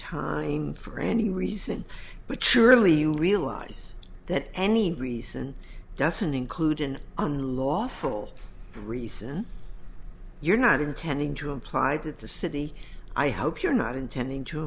time for any reason but surely you legalize that any reason doesn't include an unlawful reason you're not intending to imply that the city i hope you're not intending to